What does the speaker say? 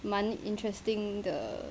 蛮 interesting 的